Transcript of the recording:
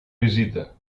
visita